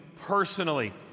personally